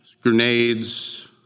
grenades